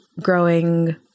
growing